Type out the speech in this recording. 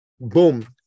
boom